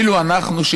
אפילו אנחנו,